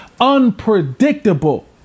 unpredictable